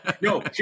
No